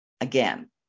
again